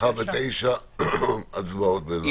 מחר ב-09:00 הצבעות בעזרת השם.